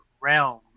realm